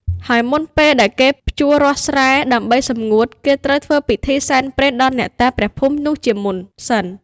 ហើយមុនពេលដែលគេភ្ជួររាស់ស្រែ ដើម្បីសម្ងួត គេត្រូវធ្វើពិធីសែនព្រេនដល់អ្នកតាព្រះភូមិនោះជាមុនសិន។